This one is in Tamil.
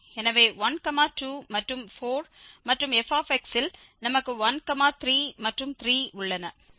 எனவே 1 2 மற்றும் 4 மற்றும் f இல் நமக்கு 1 3 மற்றும் 3 உள்ளன